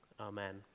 amen